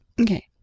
Okay